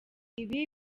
ibi